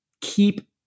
keep